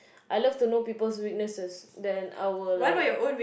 I love to know people's weaknesses then I will like